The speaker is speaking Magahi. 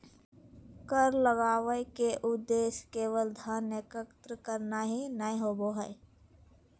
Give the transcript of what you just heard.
कर लगावय के उद्देश्य केवल धन एकत्र करना ही नय होबो हइ